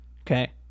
okay